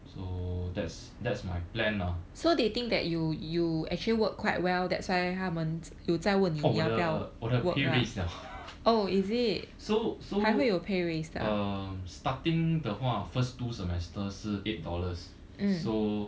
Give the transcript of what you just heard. so that's that's my plan lah oh 我的我的 pay raise liao so so uh starting 的话 first two semesters 是 eight dollars so